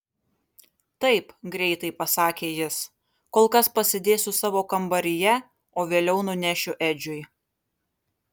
taip greitai pasakė jis kol kas pasidėsiu savo kambaryje o vėliau nunešiu edžiui